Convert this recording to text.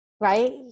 right